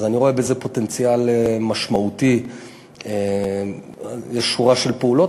אז אני רואה בזה פוטנציאל משמעותי לשורה של פעולות.